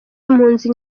impunzi